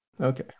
Okay